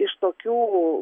iš tokių